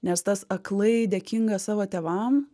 nes tas aklai dėkinga savo tėvam